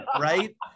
Right